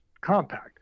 compact